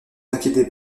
inquiétez